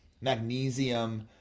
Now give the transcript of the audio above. Magnesium